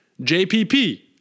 JPP